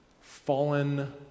fallen